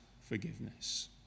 forgiveness